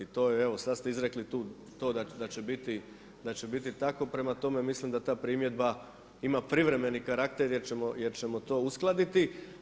To je evo sada ste izrekli to da će biti tako, prema tome mislim da ta primjedba ima privremeni karakter jer ćemo to uskladiti.